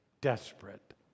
desperate